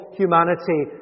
humanity